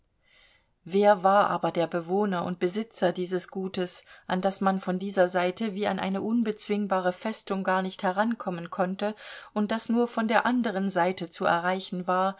wer war aber der bewohner und besitzer dieses gutes an das man von dieser seite wie an eine unbezwingbare festung gar nicht herankommen konnte und das nur von der anderen seite zu erreichen war